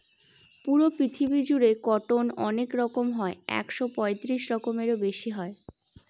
পুরো পৃথিবী জুড়ে কটন অনেক রকম হয় একশো পঁয়ত্রিশ রকমেরও বেশি হয়